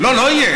לא, לא יהיה.